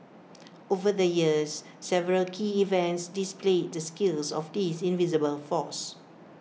over the years several key events displayed the skills of this invisible force